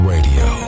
Radio